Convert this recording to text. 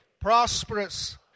prosperous